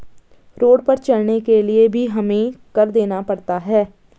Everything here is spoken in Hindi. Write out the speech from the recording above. रोड पर चलने के लिए भी हमें कर देना पड़ता है